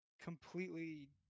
completely